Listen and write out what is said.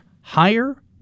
higher